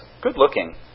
good-looking